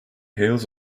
hills